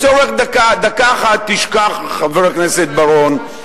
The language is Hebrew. דקה אחת תשכח, חבר הכנסת בר-און.